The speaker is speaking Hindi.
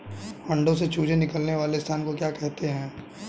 अंडों से चूजे निकलने वाले स्थान को क्या कहते हैं?